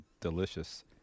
delicious